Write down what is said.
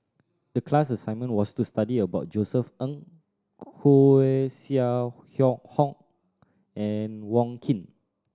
the class assignment was to study about Josef Ng Koeh Sia Yong Hong and Wong Keen